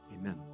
Amen